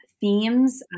themes